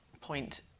point